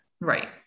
right